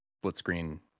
split-screen